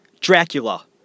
Dracula